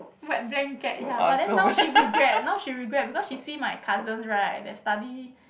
wet blanket ya but then now she regret now she regret because she see my cousins right their study